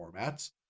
formats